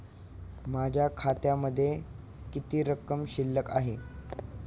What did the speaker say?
माझ्या खात्यामध्ये किती रक्कम शिल्लक आहे?